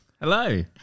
Hello